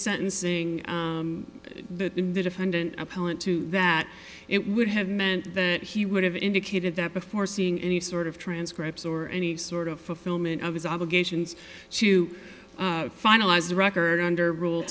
sentencing in the defendant appellant to that it would have meant that he would have indicated that before seeing any sort of transcript or any sort of fulfillment of his obligations to finalize the record under rule